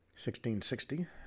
1660